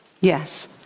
Yes